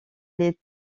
les